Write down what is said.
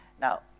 Now